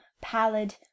pallid